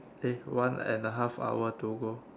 eh one and the half hour to go